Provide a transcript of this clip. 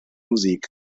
musik